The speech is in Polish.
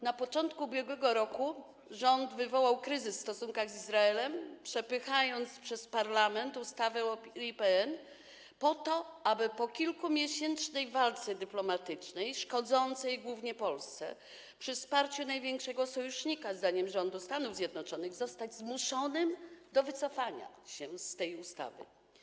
Na początku ubiegłego roku rząd wywołał kryzys w stosunkach z Izraelem, przepychając przez parlament ustawę o IPN po to, aby po kilkumiesięcznej walce dyplomatycznej, szkodzącej głównie Polsce, przy wsparciu największego sojusznika, zdaniem rządu, Stanów Zjednoczonych, zostać zmuszonym do wycofania się z tej ustawy.